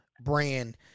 brand